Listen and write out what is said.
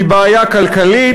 היא בעיה כלכלית,